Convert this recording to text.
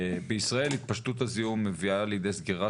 בישראל התפשטות הזיהום מביאה לידי סגירה